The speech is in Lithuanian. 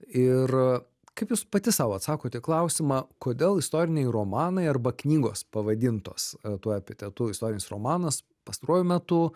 ir kaip jūs pati sau atsakot į klausimą kodėl istoriniai romanai arba knygos pavadintos tuo epitetu istorinis romanas pastaruoju metu